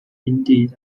indeed